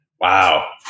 Wow